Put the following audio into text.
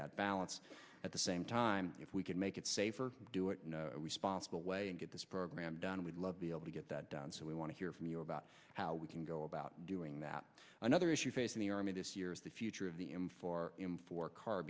that balance at the same time if we can make it safe or do it responsible way and get this program done we'd love be able to get that done so we want to hear from you about how we can go about doing that another issue facing the army this year is the future of the m for him for car